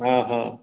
हाँ हाँ